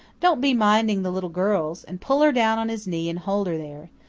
don't be minding the little girls, and pull her down on his knee and hold her there.